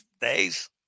days